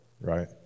right